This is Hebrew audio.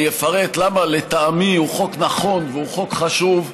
אפרט למה לטעמי הוא חוק נכון והוא חוק חשוב.